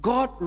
God